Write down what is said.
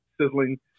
sizzling